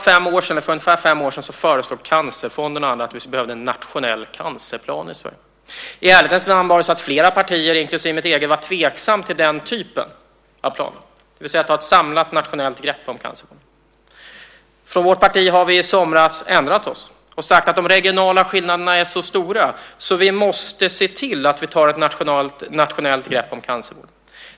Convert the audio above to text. För ungefär fem år sedan föreslog Cancerfonden och andra att vi skulle ha en nationell cancerplan i Sverige. I ärlighetens namn var flera partier, inklusive mitt eget, tveksamma till den typen av planer, det vill säga att ta ett samlat nationellt grepp om cancervården. I vårt parti ändrade vi oss i somras och sade att de regionala skillnaderna är så stora att vi måste se till att vi tar ett nationellt grepp om cancervården.